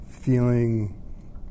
Feeling